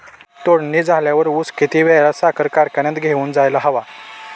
तोडणी झाल्यावर ऊस किती वेळात साखर कारखान्यात घेऊन जायला हवा?